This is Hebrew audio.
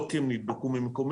לא כי הם נדבקו ממקומיים,